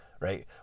right